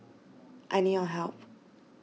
I need your help